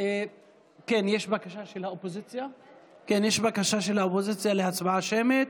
יש בקשה של האופוזיציה להצבעה שמית.